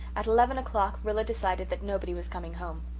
at eleven o'clock rilla decided that nobody was coming home.